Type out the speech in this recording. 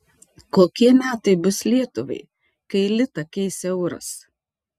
kokie metai bus lietuvai kai litą keis euras